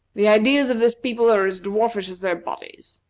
the ideas of this people are as dwarfish as their bodies.